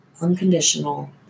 Unconditional